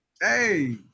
hey